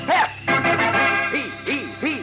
Pep